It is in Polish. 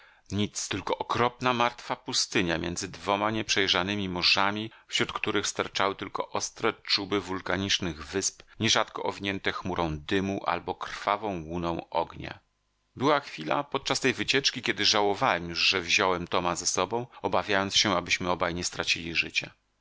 nic tylko okropna martwa pustynia między dwoma nieprzejrzanemi morzami wśród których sterczały tylko ostre czuby wulkanicznych wysp nierzadko owinięte chmurą dymu albo krwawą łuną ognia była chwila podczas tej wycieczki kiedy żałowałem już że wziąłem toma ze sobą obawiając się abyśmy obaj nie stracili życia